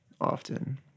often